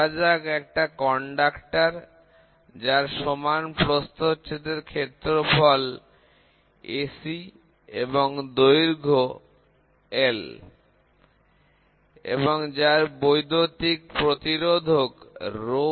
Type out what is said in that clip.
ধরা যাক একটা পরিবাহী যার সমান প্রস্থচ্ছেদের ক্ষেত্রফল Ac এবং দৈর্ঘ্য L এবং যার বৈদ্যুতিক প্রতিরোধক e